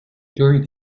during